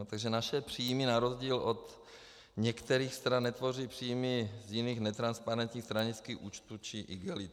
Takže naše příjmy na rozdíl od některých stran netvoří příjmy z jiných netransparentních stranických účtů či igelitek.